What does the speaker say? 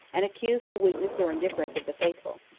and accused the weakness or indifference of the faithful.